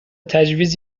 تجویز